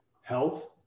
health